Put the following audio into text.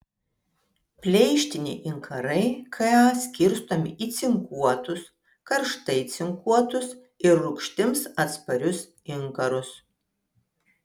pleištiniai inkarai ka skirstomi į cinkuotus karštai cinkuotus ir rūgštims atsparius inkarus